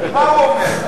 מה הוא אומר?